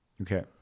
okay